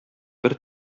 бер